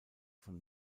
von